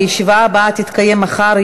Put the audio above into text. הישיבה הבאה תתקיים מחר,